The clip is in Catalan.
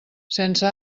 sense